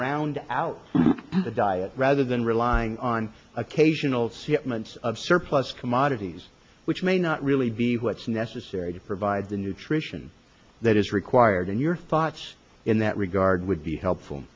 round out the diet rather than relying on occasional c months of surplus commodities which may not really be what's necessary to provide the nutrition that is required in your thoughts in that regard would be helpful